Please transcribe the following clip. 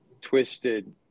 twisted